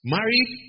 Married